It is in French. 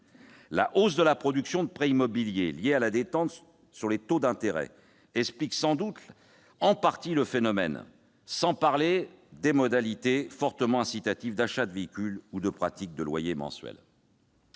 La hausse de la production de prêts immobiliers, liée à la détente des taux d'intérêt, explique sans doute en partie le phénomène, sans parler des modalités fortement incitatives d'achat de véhicules, avec la pratique du crédit par loyer mensuel.